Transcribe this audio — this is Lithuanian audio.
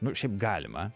nu šiaip galima